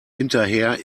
hinterher